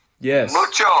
Yes